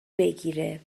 بگیره